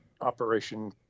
operation